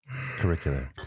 Curricular